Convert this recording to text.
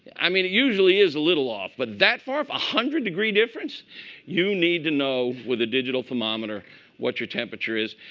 i mean, it usually is a little off. but that far? one hundred degree difference you need to know with a digital thermometer what your temperature is.